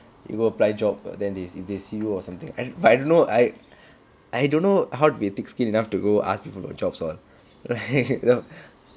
you go apply job then this if they see you or something but I don't know I I don't know how to be thick skinned enough to go ask people for jobs all right the